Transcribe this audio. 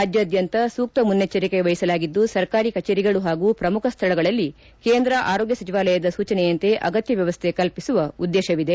ರಾಜ್ಯಾದ್ಯಂತ ಸೂಕ್ತ ಮುನ್ನೆಚ್ಚರಿಕೆ ವಹಿಸಲಾಗಿದ್ದು ಸರ್ಕಾರಿ ಕಚೇರಿಗಳು ಹಾಗೂ ಪ್ರಮುಖ ಸ್ಥಳಗಳಲ್ಲಿ ಕೇಂದ್ರ ಆರೋಗ್ಯ ಸಚಿವಾಲಯದ ಸೂಚನೆಯಂತೆ ಅಗತ್ಯ ವ್ಯವಸ್ಥೆ ಕಲ್ಪಿಸುವ ಉದ್ದೇಶವಿದೆ